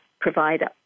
provider